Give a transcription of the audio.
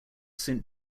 saint